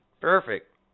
Perfect